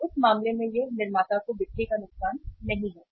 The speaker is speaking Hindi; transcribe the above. तो उस मामले में यह निर्माता को बिक्री का नुकसान नहीं है